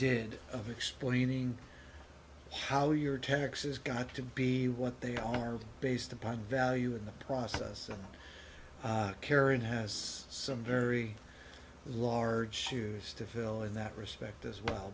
did of explaining how your taxes got to be what they are based upon value in the process karin has some very large shoes to fill in that respect as well